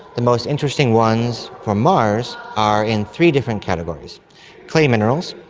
the most interesting ones from mars are in three different categories clay minerals,